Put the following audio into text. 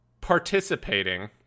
participating